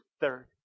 Third